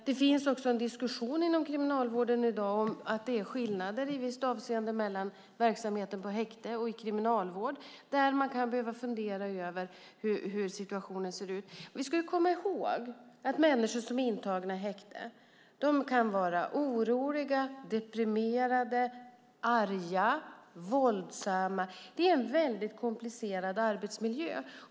Det finns också en diskussion inom Kriminalvården i dag om att det är skillnader i visst avseende mellan verksamheten i häkten och i kriminalvården, och man kan behöva fundera över hur situationen ser ut. Vi ska komma ihåg att människor som är intagna i häkte kan vara oroliga, deprimerade, arga och våldsamma. Det är en mycket komplicerad arbetsmiljö.